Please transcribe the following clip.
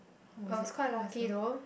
how was it how was the